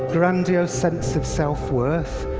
grandiose sense of self-worth.